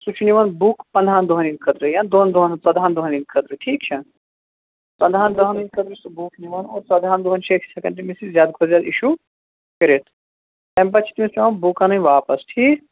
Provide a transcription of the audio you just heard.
سُہ چھُ نِوان بُک پنٛداہن دۅہَن ہٕنٛدِ خٲطرٕ یا دۅن دۅہَن ہٕنٛدٕ یا ژۅدہان دۅہَن ہٕنٛدِ خٲطرٕ ٹھیٖک چھا ژۅدہان دۅہن ہٕنٛدِ خٲطرٕ چھُ سُہ بُک نِوان اور ژۅدہان دۅہن چھِ أسۍ ہیٚکان تٔمِس یہِ زیادٕ کھۅتہٕ زیادٕ اِشوٗ کٔرِتھ اَمہِ پَتہٕ چھ تٔمِس پیٚوان بُک اَنٕنۍ واپَس ٹھیٖک